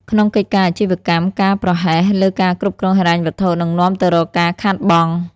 ក្នុងកិច្ចការអាជីវកម្ម ការប្រហែសលើការគ្រប់គ្រងហិរញ្ញវត្ថុនឹងនាំទៅរកការខាតបង់។